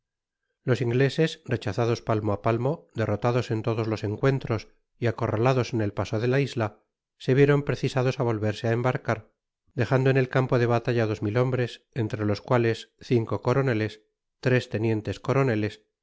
los ingleses rechazados palmo á palmo derrotados en todos los encuentros y acorralados en el paso de la isla se vieron precisados á votverse á embarcar dejando en el campo de batalla dos mil hombres entre los cuales cinco coroneles tres tenientes coroneles